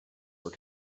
were